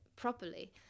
properly